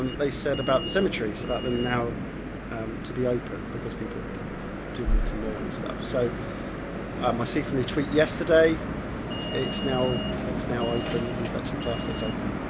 um they said about cemeteries, about them now to be open because people do need to mourn and stuff. so um i see from your tweet yesterday it's now it's now open you've actually classed it as open.